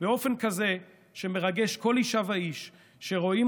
באופן כזה שמרגש כל אישה ואיש שרואים